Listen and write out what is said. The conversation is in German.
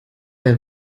der